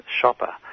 shopper